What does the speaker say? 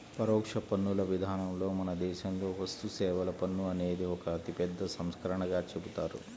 పరోక్ష పన్నుల విధానంలో మన దేశంలో వస్తుసేవల పన్ను అనేది ఒక అతిపెద్ద సంస్కరణగా చెబుతారు